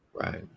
Right